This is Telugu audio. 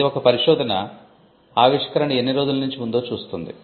ఇది ఒక పరిశోధన ఆవిష్కరణ ఎన్ని రోజులనుంచి ఉందో చూస్తుంది